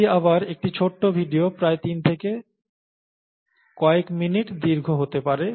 এটি আবার একটি ছোট ভিডিও প্রায় তিন থেকে কয়েক মিনিট দীর্ঘ হতে পারে